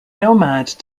nomad